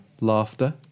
laughter